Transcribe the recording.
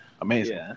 amazing